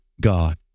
God